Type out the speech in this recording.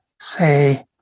say